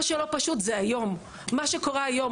מה שלא פשוט זה היום, מה שקורה היום